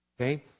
Okay